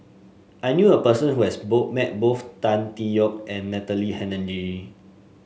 I knew a person who has met both Tan Tee Yoke and Natalie Hennedige